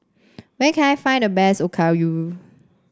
where can I find the best Okayu